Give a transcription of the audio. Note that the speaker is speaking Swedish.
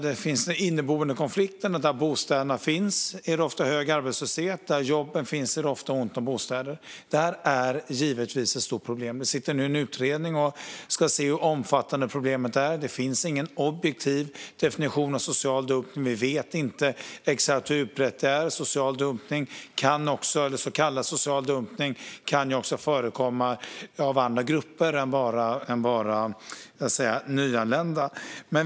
Det finns inneboende konflikter: Där bostäderna finns är det ofta hög arbetslöshet, och där jobben finns är det ofta ont om bostäder. Detta är givetvis ett stort problem. En utredning ska nu se över hur omfattande problemet är. Det finns ingen objektiv definition av social dumpning, och vi vet inte exakt hur utbrett det är. Så kallad social dumpning kan också förekomma av andra grupper än bara nyanlända.